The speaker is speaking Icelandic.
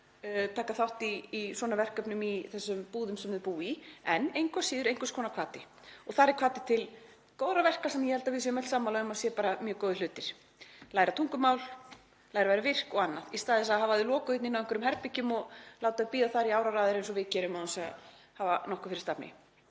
taka þátt í svona verkefnum í þessum búðum sem það býr í en engu að síður einhvers konar hvati. Þar er hvati til góðra verka sem ég held að við séum öll sammála um að sé bara mjög góður hlutur; læra tungumál, læra að vera virk og annað, í stað þess að hafa fólk lokað inni á einhverjum herbergjum og láta það bíða í áraraðir, eins og við gerum, án þess að hafa nokkuð fyrir stafni.